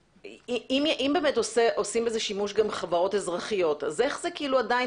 אם באמת עושים בזה שימוש גם חברות אזרחיות אז איך זה כאילו עדיין